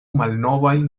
malnovajn